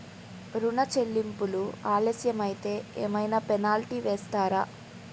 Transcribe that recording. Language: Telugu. ఋణ చెల్లింపులు ఆలస్యం అయితే ఏమైన పెనాల్టీ వేస్తారా?